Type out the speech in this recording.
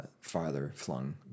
farther-flung